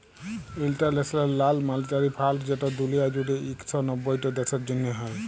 ইলটারল্যাশ লাল মালিটারি ফাল্ড যেট দুলিয়া জুইড়ে ইক শ নব্বইট দ্যাশের জ্যনহে হ্যয়